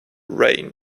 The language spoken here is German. range